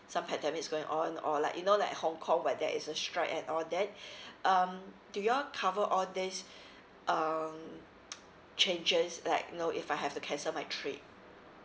some pandemic is going on or like you know like hong kong where there is a strike and all that um do you all cover all this um changes like know if I have to cancel my trip